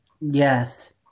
Yes